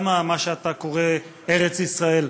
למה מה שאתה קורא לו ארץ ישראל,